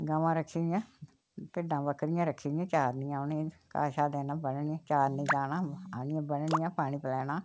गमां रक्खी दियां भिड्डां बक्करियां रक्खी दियां चारनिया उनेंगी घा शा देना बन्ननियां चारनियां नि जाना आह्नियै बन्ननियां पानी पलैना